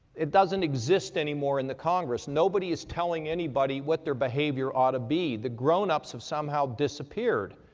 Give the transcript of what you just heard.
it doesn't exist anymore in the congress. nobody is telling anybody what they're behavior ought to be. the grownups have somehow disappeared.